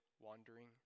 wandering